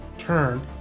turn